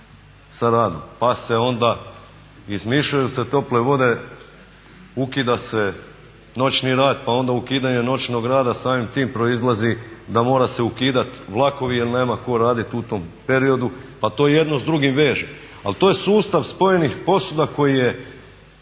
sa radom pa se onda, izmišljaju se tople vode, ukida se noćni rad pa onda ukidanje noćnog rada samim time proizlazi da mora se ukidati vlakovi jer nema tko raditi u tom periodu. Pa to jedno s drugim veže. Ali to je sustav spojenih posuda koji je,